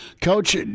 coach